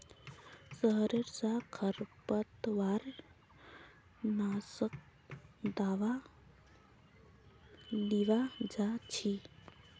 शहर स खरपतवार नाशक दावा लीबा जा छि